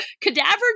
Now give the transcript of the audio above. cadaver